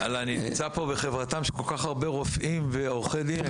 אני נמצא פה בחברתם של כל כך הרבה רופאים ועורכי דין,